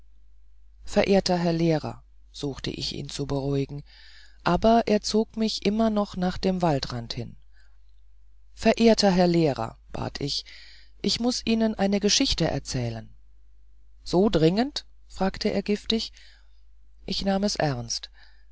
verehrter herr lehrer suchte ich ihn zu beruhigen aber er zog mich immer noch nach dem waldrand hin verehrter herr lehrer bat ich ich muß ihnen eine geschichte erzählen so dringend fragte er giftig ich nahm es ernst